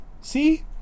See